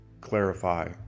clarify